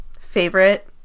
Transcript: Favorite